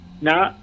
No